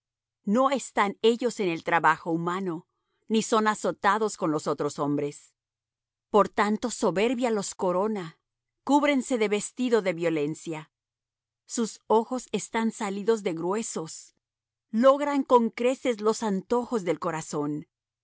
no están ellos en el trabajo humano ni son azotados con los otros hombres por tanto soberbia los corona cúbrense de vestido de violencia sus ojos están salidos de gruesos logran con creces los antojos del corazón